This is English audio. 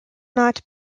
not